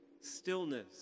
stillness